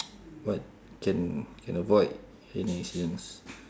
what can can avoid any accidents